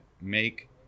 make